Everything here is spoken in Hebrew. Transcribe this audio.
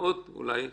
מאות, אולי בודדים,